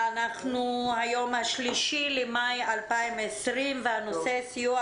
היום ה-3 במאי 2020. הנושא הוא סיוע